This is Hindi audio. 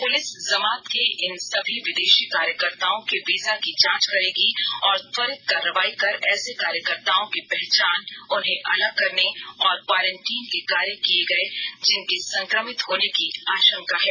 पुलिस जमात के इन सभी विदेशी कार्यकर्ताओं के वीजा की जांच करेगी और त्वरित कार्रवाई कर ऐसे कार्यकर्ताओं की पहचान उन्हें अलग करने और क्वारेंटीन के कार्य किये गये जिनके संक्रमित होने की आशंका है